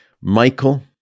Michael